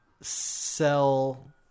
sell